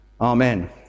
Amen